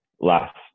last